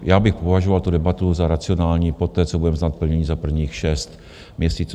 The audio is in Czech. Já bych považoval tu debatu za racionální poté, co bude hodnocení za prvních šest měsíců.